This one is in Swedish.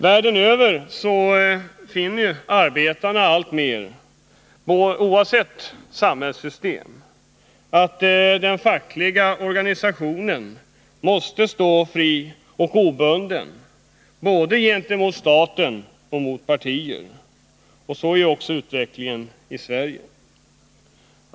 Världen över finner arbetarna alltmer, oavsett samhällssystem, att den fackliga organisationen måste stå fri och obunden gentemot både staten och partierna. Det är en utveckling också i Sverige.